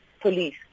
police